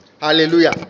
hallelujah